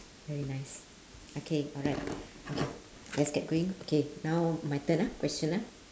very nice okay alright okay let's get going okay now my turn ah question ah